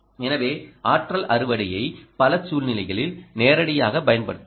எனவே ஆற்றல் அறுவடையை பல சூழ்நிலைகளில் நேரடியாக பயன்படுத்தலாம்